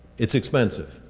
it's expensive.